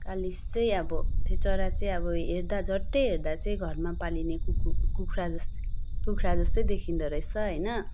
कालिज चाहिँ अब त्यो चरा चाहिँ अब हेर्दा झट्टै हेर्दा चाहिँ घरमा पालिने कुखुरा कुखुरा जस्तै देखिँदो रहेछ होइन